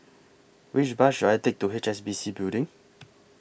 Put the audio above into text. Which Bus should I Take to H S B C Building